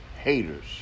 haters